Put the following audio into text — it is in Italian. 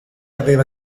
aveva